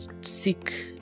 seek